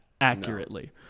accurately